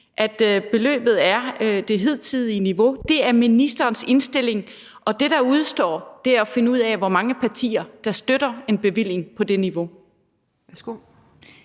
at beløbet er på det hidtidige niveau. Det er ministerens indstilling, og det, der udestår, er at finde ud af, hvor mange partier, der støtter en bevilling på det niveau.